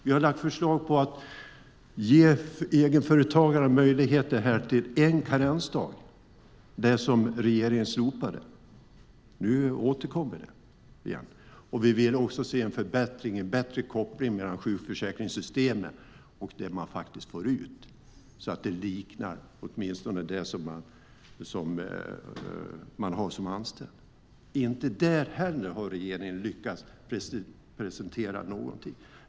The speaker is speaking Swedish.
Vi har lagt fram förslag om att ge egenföretagarna möjlighet till en karensdag, det som regeringen slopade. Nu återkommer det igen. Vi vill också se en bättre koppling mellan sjukförsäkringssystemet och det man får ut så att det åtminstone liknar det som man har som anställd. Inte heller där har regeringen lyckats presentera någonting.